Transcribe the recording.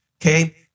Okay